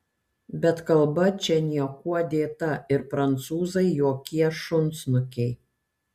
bet kalba čia niekuo dėta ir prancūzai jokie šunsnukiai